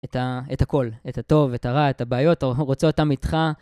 את הכל, את הטוב, את הרע, את הבעיות, רוצה אותם איתך.